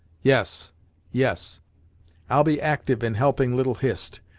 yes yes i'll be actyve in helping little hist,